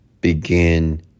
begin